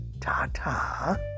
Ta-ta